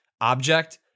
object